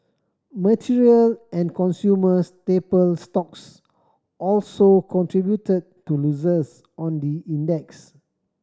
material and consumer staple stocks also contributed to losses on the index